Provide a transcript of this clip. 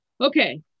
okay